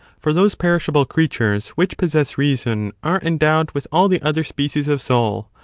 for those perishable creatures which possess reason are endowed with all the other species of soul,